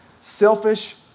selfish